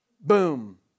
boom